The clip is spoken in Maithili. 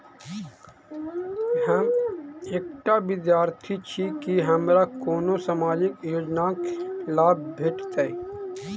हम एकटा विद्यार्थी छी, की हमरा कोनो सामाजिक योजनाक लाभ भेटतय?